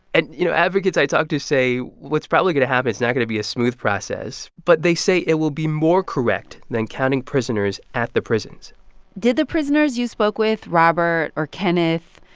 and, you know, advocates i talked to say what's probably going to happen is not going to be a smooth process. but they say it will be more correct than counting prisoners at the prisons did the prisoners you spoke with, robert or kenneth,